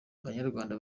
banyarwanda